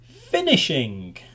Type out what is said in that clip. finishing